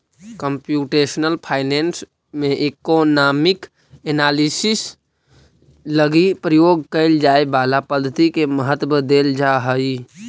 computational finance में economic analysis लगी प्रयोग कैल जाए वाला पद्धति के महत्व देल जा हई